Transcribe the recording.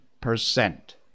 percent